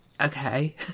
okay